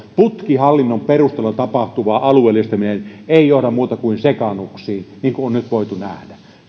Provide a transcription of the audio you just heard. ollut putkihallinnon perusteella tapahtuva alueellistaminen ei johda muuta kuin sekaannuksiin niin kuin on nyt voitu nähdä sen